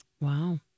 Wow